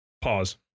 Pause